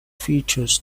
features